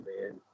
man